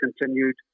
continued